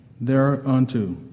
thereunto